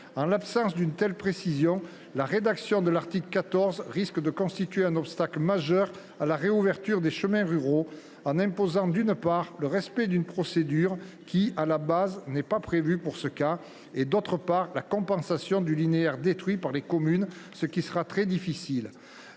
En l’absence d’une telle précision, la rédaction de l’article 14 risque de constituer un obstacle majeur à la réouverture des chemins ruraux, en imposant, d’une part, le respect d’une procédure qui, à la base, n’est pas prévue pour ce cas et, d’autre part, la compensation du linéaire détruit par les communes, ce qui sera très difficile.